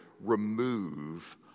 remove